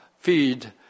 feed